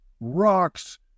rocks